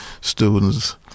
students